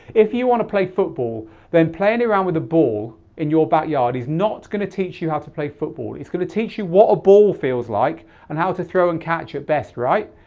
if you want to play football then playing around with a ball in your backyard is not going to teach you how to play football. it's going to teach you what a ball feels like and how to throw and catch your best, right?